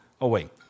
away